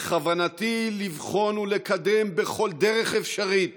בכוונתי לבחון ולקדם בכל דרך אפשרית